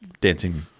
dancing